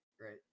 right